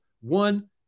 One